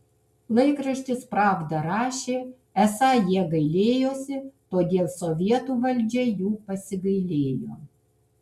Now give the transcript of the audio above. laikraštis pravda rašė esą jie gailėjosi todėl sovietų valdžia jų pasigailėjo